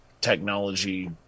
technology